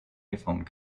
iphone